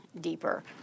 deeper